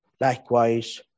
likewise